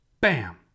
Bam